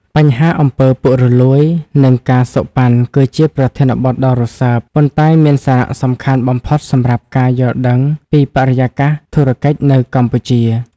បញ្ហាអំពើពុករលួយ និងការសូកប៉ាន់ គឺជាប្រធានបទដ៏រសើប ប៉ុន្តែមានសារៈសំខាន់បំផុតសម្រាប់ការយល់ដឹងពីបរិយាកាសធុរកិច្ចនៅកម្ពុជា។